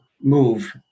move